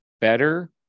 better